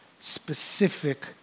specific